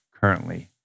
currently